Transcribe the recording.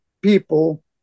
people